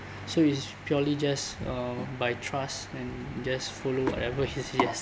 so it's purely just uh by trust and just follow whatever he suggest